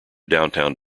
downtown